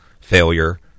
Failure